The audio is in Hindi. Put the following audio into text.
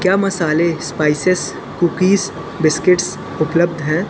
क्या मसाले स्पाइसेस कुकीज़ बिस्किट्स उपलब्ध हैं